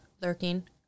lurking